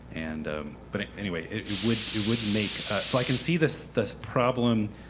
and but anyway, it would it would make so i can see this this problem,